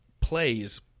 plays